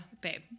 Babe